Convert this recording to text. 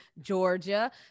Georgia